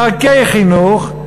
דרכי חינוך,